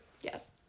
Yes